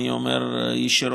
אני אומר ישירות,